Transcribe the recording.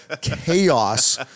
chaos